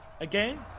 Again